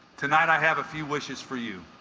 tonight i have a few wishes for you